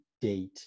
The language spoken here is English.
date